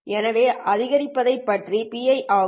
எனவே அதிகாரத்தைப் பெற்றது ஆகும்